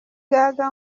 gaga